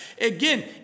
Again